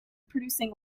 producing